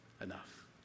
enough